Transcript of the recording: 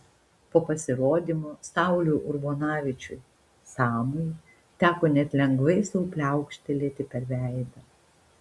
po pasirodymo sauliui urbonavičiui samui teko net lengvai sau pliaukštelėti per veidą